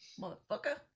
motherfucker